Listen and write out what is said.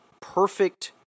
perfect